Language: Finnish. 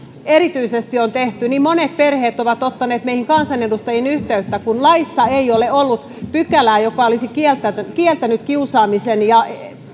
erityisesti on tehty monet perheet ovat ottaneet meihin kansanedustajiin yhteyttä kun laissa ei ole ollut pykälää joka olisi kieltänyt kieltänyt kiusaamisen ja